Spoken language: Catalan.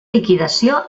liquidació